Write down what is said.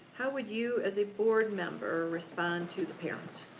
how would you, as a board member, respond to the parent?